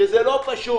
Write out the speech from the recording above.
שזה לא פשוט,